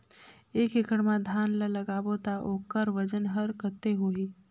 एक एकड़ मा धान ला लगाबो ता ओकर वजन हर कते होही?